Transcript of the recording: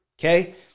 okay